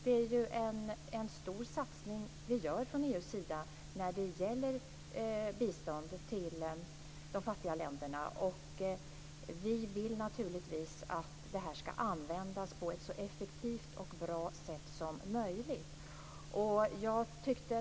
EU gör ju en stor satsning på bistånd till de fattiga länderna, och vi vill naturligtvis att detta ska användas på ett så effektivt och bra sätt som möjligt.